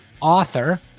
author